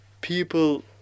people